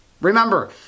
Remember